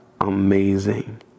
Amazing